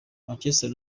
manchester